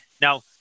Now